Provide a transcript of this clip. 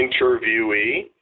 interviewee